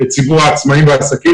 את ציבור העצמאים והעסקים.